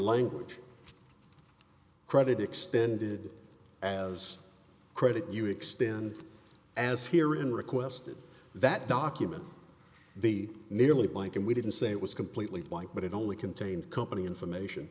language credit extended as credit you extend as here in requested that document they merely blink and we didn't say it was completely white but it only contained company information